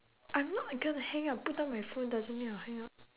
I'm not gonna hang up put down my phone doesn't mean I'll hang up